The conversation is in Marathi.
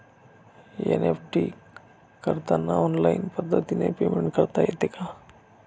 एन.ई.एफ.टी करताना ऑनलाईन पद्धतीने पेमेंट करता येते का?